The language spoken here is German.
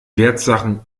wertsachen